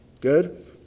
Good